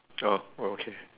orh oh okay